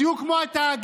בדיוק כמו התאגיד,